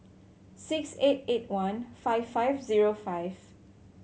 six eight eight one five five zero five